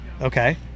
Okay